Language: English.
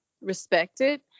respected